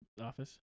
office